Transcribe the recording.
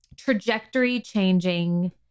trajectory-changing